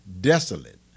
desolate